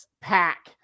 pack